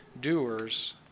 doers